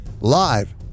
live